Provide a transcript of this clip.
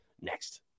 Next